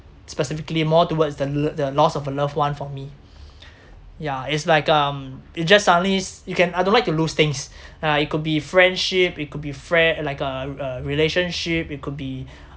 specifically more towards the l~ the loss of a loved one for me yeah it's like um it just suddenly s~ you can I don't like to lose things ah it could be friendship it could be frie~ like a a relationship it could be